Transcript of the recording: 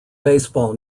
baseball